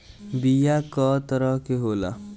बीया कव तरह क होला?